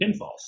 pinfalls